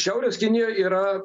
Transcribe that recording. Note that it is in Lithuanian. šiaurės kinijoj yra